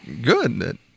good